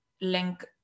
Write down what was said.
link